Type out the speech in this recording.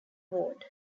ward